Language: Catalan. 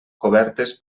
cobertes